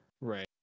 Right